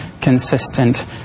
consistent